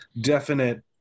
definite